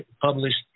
published